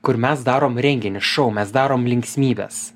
kur mes darom renginį šou mes darom linksmybes